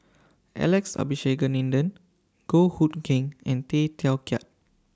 Alex Abisheganaden Goh Hood Keng and Tay Teow Kiat